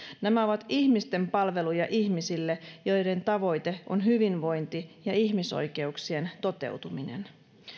nämä ovat ihmisten palveluja ihmisille ja niiden tavoite on hyvinvointi ja ihmisoikeuksien toteutuminen